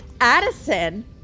Addison